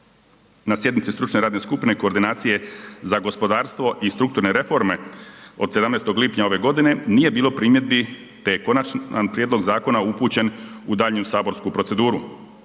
Na sjednici stručne radne skupine koordinacije za gospodarstvo i strukturne reforme od 17. lipnja ove godine nije bilo primjedbi te je konačni prijedlog zakona upućen u daljnju saborsku proceduru.